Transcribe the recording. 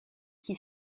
qui